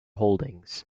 holdings